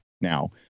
now